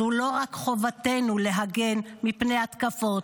זו לא רק חובתנו להגן מפני התקפות,